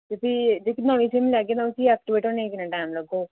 ते फ्ही जेह्की नमीं सिम लैगे तां उसी एक्टिवेट होने किन्ना लग्गग